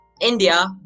India